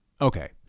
Okay